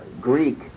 Greek